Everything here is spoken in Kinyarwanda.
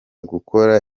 gukora